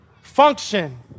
function